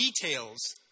details